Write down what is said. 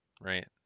right